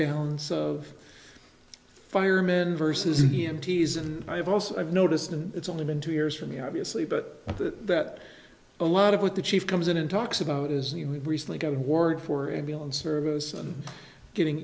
balance of firemen versus the m t s and i've also i've noticed and it's only been two years for me obviously but that a lot of what the chief comes in and talks about is the who recently got an award for ambulance service and getting